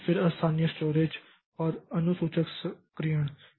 फिर स्थानीय स्टोरेज और अनुसूचक सक्रियण